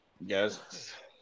Yes